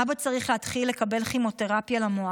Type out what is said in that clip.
אבא צריך להתחיל לקבל כימותרפיה למוח,